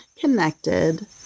connected